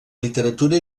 literatura